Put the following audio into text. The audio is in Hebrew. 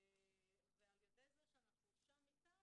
ועל ידי זה שאנחנו שם איתם,